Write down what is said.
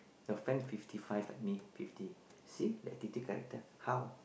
your friend fifty five and me fifty see that difficult how